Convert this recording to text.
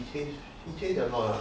he change he changed a lot ah